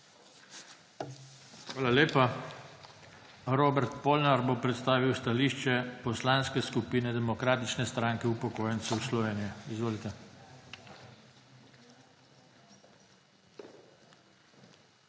Hvala lepa. Robert Polnar bo predstavil stališče Poslanske skupine Demokratične stranke upokojencev Slovenije. Izvolite. **ROBERT